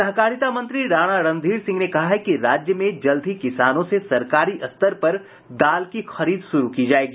सहकारिता मंत्री राणा रणधीर सिंह ने कहा है कि राज्य में जल्द ही किसानों से सरकारी स्तर पर दाल की खरीद शुरू की जायेगी